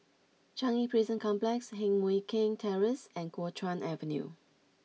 Changi Prison Complex Heng Mui Keng Terrace and Kuo Chuan Avenue